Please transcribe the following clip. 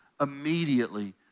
immediately